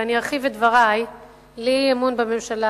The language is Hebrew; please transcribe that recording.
ואני ארחיב את דברי לאי-אמון בממשלה,